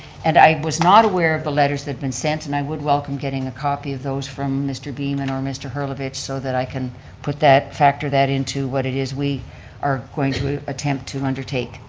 and i was not aware of the letters that have been sent and i would welcome getting a copy of those from mr. beaman or mr. herlovitch so that i can put that, factor that into what it is we are going to attempt to undertake,